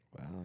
Wow